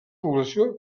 població